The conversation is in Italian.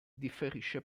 differisce